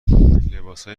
لباسهای